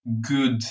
good